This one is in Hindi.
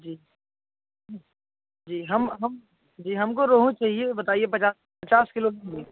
जी जी हम हम जी हमको रोहू चाहिए बताइए पचास पचास किलो के लिए